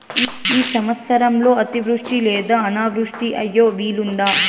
ఈ సంవత్సరంలో అతివృష్టి లేదా అనావృష్టి అయ్యే వీలుందా?